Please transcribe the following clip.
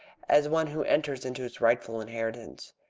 as one who enters into his rightful inheritance.